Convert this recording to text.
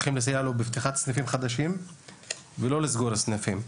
צריכים לסייע לו בפתיחת סניפים חדשים ולא לסגור סניפים.